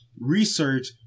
research